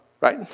right